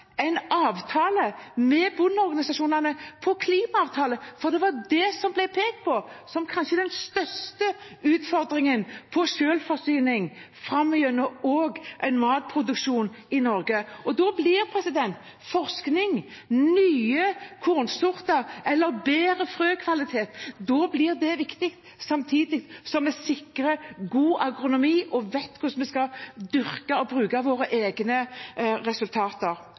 en klimaavtale med bondeorganisasjonene, for det var det som ble pekt på som kanskje den største utfordringen for selvforsyning og matproduksjonen framover i Norge. Da blir forskning – nye kornsorter eller bedre frøkvalitet – viktig, samtidig som vi sikrer god agronomi og vet hvordan vi skal dyrke og bruke våre egne